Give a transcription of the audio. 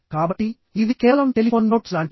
కాబట్టి ఇది కేవలం టెలిఫోన్ నోట్స్ లాంటిది